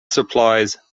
supplies